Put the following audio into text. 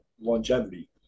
longevity